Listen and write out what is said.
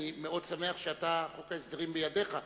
אני מאוד שמח שחוק ההסדרים בידך,